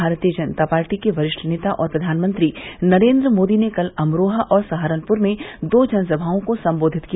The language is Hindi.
भारतीय जनता पार्टी के वरिष्ठ नेता और प्रधानमंत्री नरेन्द्र मोदी ने कल अमरोहा और सहारनपुर में दो जनसमाओं को संबोधित किया